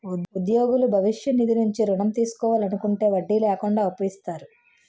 ఉద్యోగులు భవిష్య నిధి నుంచి ఋణం తీసుకోవాలనుకుంటే వడ్డీ లేకుండా అప్పు ఇస్తారు